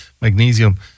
magnesium